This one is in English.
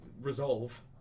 resolve